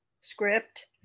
script